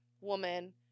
woman